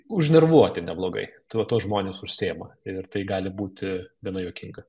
užnervuoti neblogai tai va tuo žmonės užsiima ir tai gali būti gana juokinga